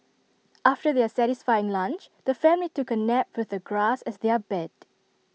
after their satisfying lunch the family took A nap with the grass as their bed